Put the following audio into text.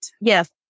Yes